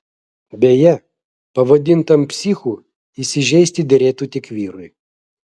beje pavadintam psichu įsižeisti derėtų tik vyrui